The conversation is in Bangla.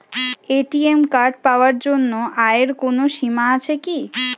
এ.টি.এম কার্ড পাওয়ার জন্য আয়ের কোনো সীমা আছে কি?